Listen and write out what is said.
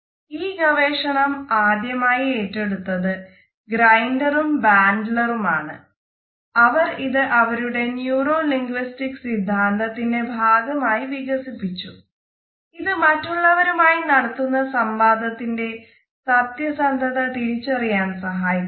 ഈ ഗവേഷണം ആദ്യമായി ഏറ്റെടുത്തത് ഗ്രൈൻഡറും ബാൻഡ്ലേറും സിദ്ധാന്തത്തിന്റെ ഭാഗമായി വികസിപ്പിച്ചു ഇത് മറ്റുള്ളവരുമായി നടത്തുന്ന സംവാദത്തിന്റെ സത്യസന്ധത തിരിച്ചറിയാൻ സഹായിക്കുന്നു